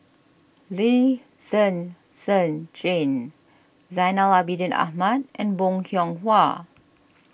Lee Zhen Zhen Jane Zainal Abidin Ahmad and Bong Hiong Hwa